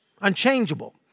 unchangeable